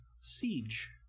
Siege